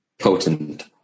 potent